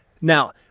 Now